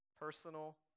personal